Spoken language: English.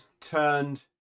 turned